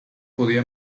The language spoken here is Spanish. podía